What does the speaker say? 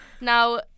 Now